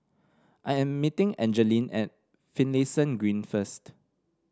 I am meeting Angeline at Finlayson Green first